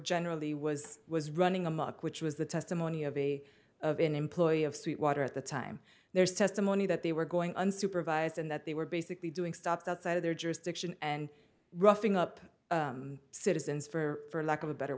generally was was running amok which was the testimony of a of an employee of sweetwater at the time there's testimony that they were going unsupervised and that they were basically doing stopped outside of their jurisdiction and roughing up citizens for lack of a better